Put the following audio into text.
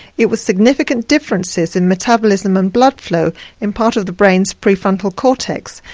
it was significant differences in metabolism and blood flow in part of the brain's pre-frontal cortex,